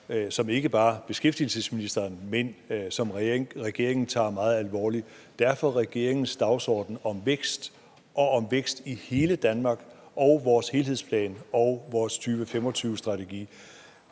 som ikke bare beskæftigelsesministeren, men hele regeringen tager meget alvorligt. Derfor regeringens dagsorden om vækst – og vækst i hele Danmark – og vores helhedsplan og vores 2025-strategi.